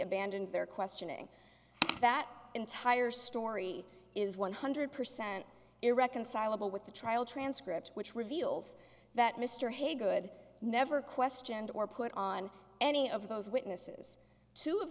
abandoned their questioning that entire story is one hundred percent irreconcilable with the trial transcript which reveals that mr haygood never questioned or put on any of those witnesses two of